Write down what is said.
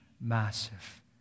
massive